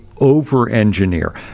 over-engineer